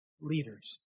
leaders